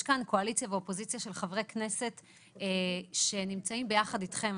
יש כאן קואליציה ואופוזיציה של חברי כנסת שנמצאים ביחד אתכם.